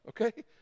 okay